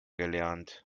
gelernt